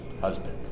husband